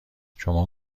شما